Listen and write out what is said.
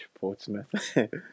Portsmouth